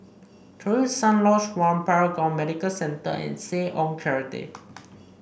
Terusan Lodge One Paragon Medical Center and Seh Ong Charity